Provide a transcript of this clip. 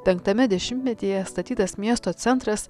penktame dešimtmetyje statytas miesto centras